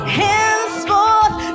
henceforth